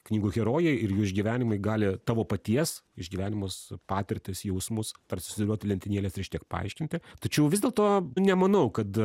knygų herojai ir jų išgyvenimai gali tavo paties išgyvenimus patirtis jausmus tarsi sudėliot į lentynėles ir šitiek paaiškinti tačiau vis dėlto nemanau kad